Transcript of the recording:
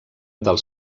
del